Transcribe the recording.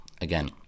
Again